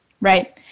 right